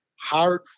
hard